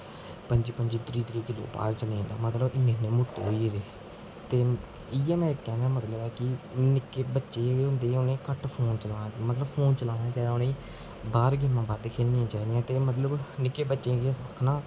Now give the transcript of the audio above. पं'जी पं'जी त्रीह् त्रीब् किलो भार मतलब कि इन्ने इन्ने मुट्टे होई गेदे ते इ'यै मेरे कैहने दा मतलब ऐ कि निक्के बच्चे जेह्डे़ होंदे उ'नें घट्ट फोन चलाना चाहिदा मतलब फोन चलाना गै नेईं चाहिदा उ'नें बाहर गेमां खेढनी चाहिदी ते मतलब निक्के बच्चें गी इ'यै आखना